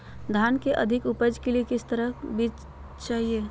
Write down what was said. धान की अधिक उपज के लिए किस तरह बीज चाहिए?